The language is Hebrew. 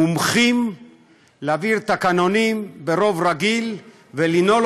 מומחים להעביר תקנונים ברוב רגיל ולנעול